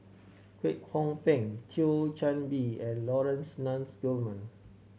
Kwek Hong Png Thio Chan Bee and Laurence Nunns Guillemard